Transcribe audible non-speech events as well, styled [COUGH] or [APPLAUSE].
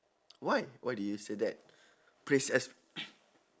why why did you say that please ex~ [COUGHS]